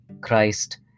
christ